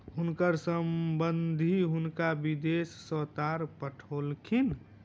हुनकर संबंधि हुनका विदेश सॅ तार पठौलखिन